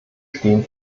stehen